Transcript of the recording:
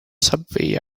subway